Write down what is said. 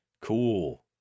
cool